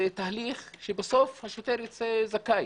זה תהליך שבסוף השוטר ייצא זכאי.